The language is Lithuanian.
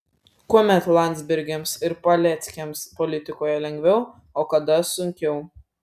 kuomet landsbergiams ir paleckiams politikoje lengviau o kada sunkiau